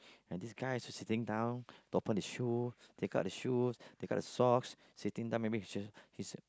and this guy is just sitting down to open his shoe take out the shoe take out the socks sitting down maybe his shoes his